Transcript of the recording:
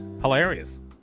Hilarious